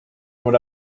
would